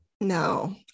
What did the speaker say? No